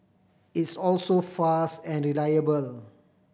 it's also fast and reliable